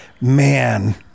man